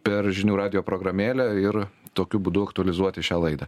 per žinių radijo programėlę ir tokiu būdu aktualizuoti šią laidą